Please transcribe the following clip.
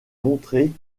montrée